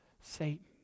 Satan